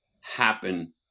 happen